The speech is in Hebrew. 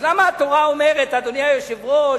אז למה התורה אומרת, אדוני היושב-ראש,